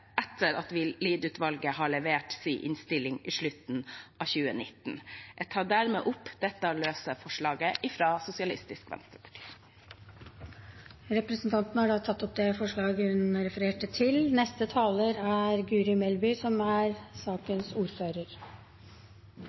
etter at Lied-utvalget har levert sin innstilling i slutten av 2019.» Jeg tar dermed opp dette løse forslaget fra Sosialistisk Venstreparti. Representanten Mona Fagerås har tatt opp det forslaget hun refererte.